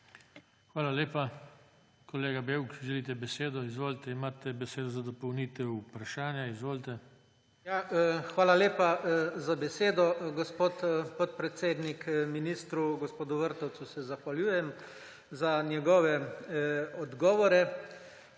Hvala lepa. Kolega Bevk, želite besedo? Izvolite, imate besedo za dopolnitev vprašanja. SAMO BEVK (PS SD): Hvala lepa za besedo, gospod podpredsednik. Ministru gospodu Vrtovcu se zahvaljujem za njegove odgovore.